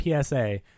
PSA